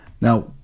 Now